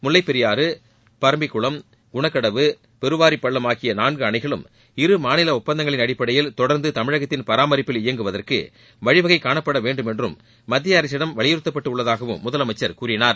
முல்லைப்பெரியாறு பரம்பிக்குளம் குணக்கடவு பெருவாரிப்பள்ளம் ஆகிய நான்கு அணைகளும் இருமாநில ஒப்பந்தங்களின் அடிப்படையில் தொடர்ந்து தமிழகத்தின் பராமரிப்பில் இயங்குவதற்கு வழிவகை காணப்பட வேண்டும் என்றும் மத்திய அரசிடம் வலியுறுத்தப்பட்டு உள்ளதாகவும் முதலமைச்சர் கூறினார்